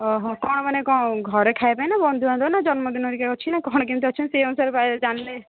ଓଃ କ'ଣ ମାନେ କ'ଣ ଘରେ ଖାଇବା ପାଇଁ ନା ବନ୍ଧୁବାନ୍ଧାବ ନା ଜନ୍ମ ଦିନ ଧରିକା ଅଛି କ'ଣ କେମିତି ଅଛି ସେ ଅନୁସାରେ ଜାଣିଲେ